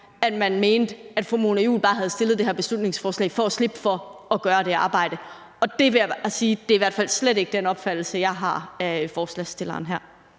om man mente, at fru Mona Juul bare havde fremsat det her beslutningsforslag for at slippe for at gøre det arbejde. Det vil jeg bare sige i hvert fald slet ikke er den opfattelse, jeg har af ordføreren for